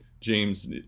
James